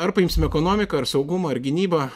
ar paimsim ekonomiką ar saugumą ar gynybą